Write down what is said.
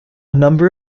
number